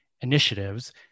initiatives